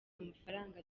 amafaranga